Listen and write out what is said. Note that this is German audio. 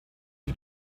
die